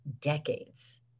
decades